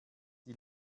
die